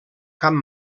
camp